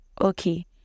Okay